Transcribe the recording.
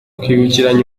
kwibukiranya